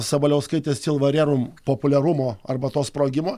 sabaliauskaitės silva rerum populiarumo arba to sprogimo